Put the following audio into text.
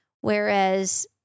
Whereas